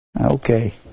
Okay